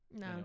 no